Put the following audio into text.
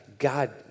God